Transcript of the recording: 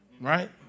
Right